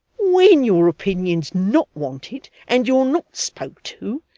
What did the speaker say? when your opinion's not wanted and you're not spoke to,